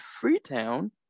Freetown